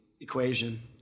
equation